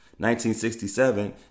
1967